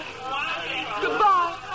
Goodbye